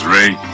Ray